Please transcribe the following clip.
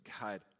God